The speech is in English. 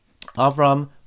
Avram